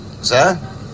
Sir